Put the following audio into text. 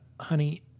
honey